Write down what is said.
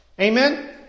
Amen